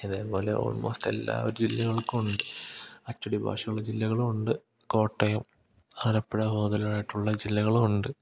ഇതേപോലെ ഓൾമോസ്റ്റ് എല്ലാ ജില്ലകൾക്കുമുണ്ട് അച്ചടി ഭാഷയുള്ള ജില്ലകളുമുണ്ട് കോട്ടയം ആലപ്പുഴ മുതലായിട്ടുള്ള ജില്ലകളും ഉണ്ട്